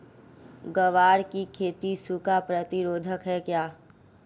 ग्वार की खेती सूखा प्रतीरोधक है क्या?